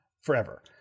forever